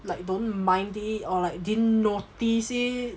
like don't mind it or like didn't notice it